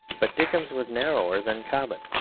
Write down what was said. but dickens was narrower than cobbett,